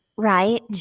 Right